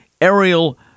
aerial